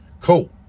cool